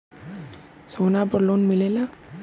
सोना पर लोन मिलेला?